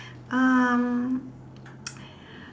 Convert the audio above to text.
um